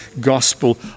gospel